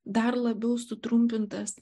dar labiau sutrumpintas